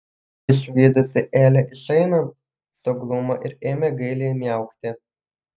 išvydusi elę išeinant suglumo ir ėmė gailiai miaukti